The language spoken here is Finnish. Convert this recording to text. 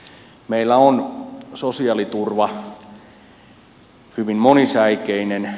meillä on sosiaaliturva hyvin monisäikeinen